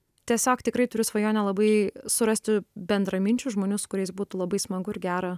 tiesiog tikrai turiu svajonę labai surasti bendraminčių žmonių su kuriais būtų labai smagu ir gera